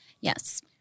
Yes